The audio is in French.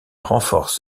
renforce